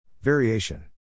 Variation